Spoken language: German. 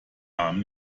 arm